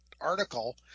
article